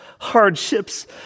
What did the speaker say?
Hardships